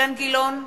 אילן גילאון,